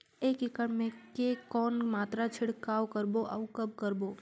एक एकड़ मे के कौन मात्रा छिड़काव करबो अउ कब करबो?